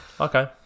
okay